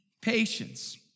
Patience